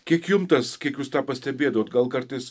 kiek jum tas kiek jūs pastebėdavote gal kartais